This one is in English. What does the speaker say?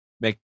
make